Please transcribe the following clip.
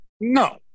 No